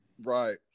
Right